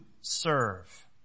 serve